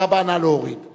הסתייגות 6 לסעיף 2,